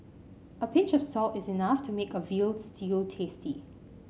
a pinch of salt is enough to make a veal stew tasty